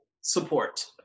support